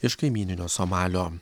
iš kaimyninio somalio